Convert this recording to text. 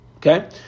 Okay